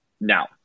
Now